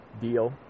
deal